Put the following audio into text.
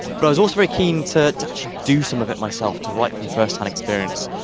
but i was also very keen to to actually do some of it myself, to write from first-hand experience.